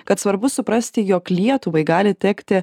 kad svarbu suprasti jog lietuvai gali tekti